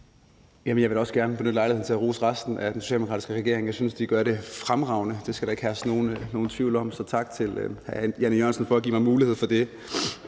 jeg vil da også gerne benytte lejligheden til at rose resten af den socialdemokratiske regering. Jeg synes, at de gør det fremragende; det skal der ikke herske nogen tvivl om. Så tak til hr. Jan E. Jørgensen for at give mig mulighed for det.